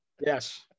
Yes